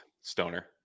stoner